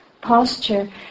posture